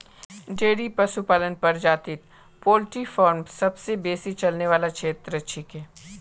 dairy पशुपालन प्रजातित poultry farm सबसे बेसी चलने वाला क्षेत्र छिके